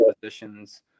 positions